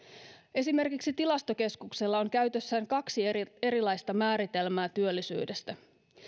esimerkiksi tilastokeskuksella on käytössään kaksi erilaista määritelmää työllisyydestä